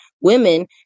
women